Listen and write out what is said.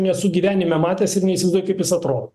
nesu gyvenime matęs ir neįsivaizduoju kaip jis atrodo